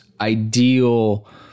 ideal